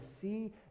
see